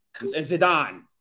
Zidane